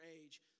age